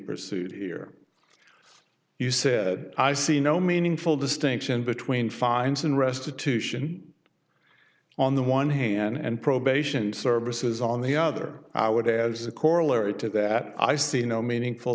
pursued here you said i see no meaningful distinction between fines and restitution on the one hand and probation services on the other i would as a corollary to that i see no meaningful